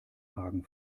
hagen